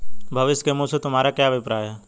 भविष्य के मूल्य से तुम्हारा क्या अभिप्राय है?